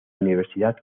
universidad